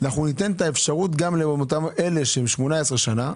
ניתן את האפשרות גם לאלה שהם 18 שנה,